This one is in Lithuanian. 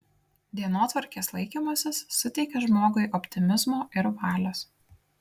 dienotvarkės laikymasis suteikia žmogui optimizmo ir valios